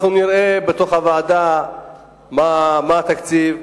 אנחנו נראה בוועדה מה התקציב,